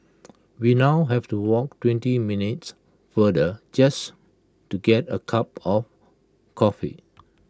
we now have to walk twenty minutes farther just to get A cup of coffee